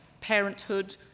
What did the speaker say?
parenthood